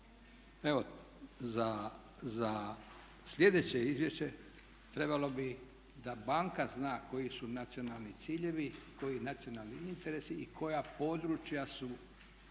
Evo za slijedeće izvješće trebalo bi da banka zna koji su nacionalni ciljevi, koji nacionalni interes i koja područja su